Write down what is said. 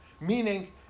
Meaning